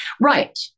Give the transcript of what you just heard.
Right